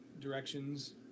directions